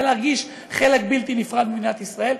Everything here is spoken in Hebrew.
להרגיש חלק בלתי נפרד ממדינת ישראל,